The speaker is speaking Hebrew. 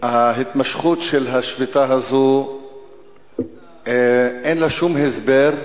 ההתמשכות של השביתה הזאת אין לה שום הסבר,